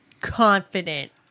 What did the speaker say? Confident